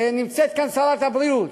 ונמצאת כאן שרת הבריאות,